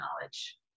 knowledge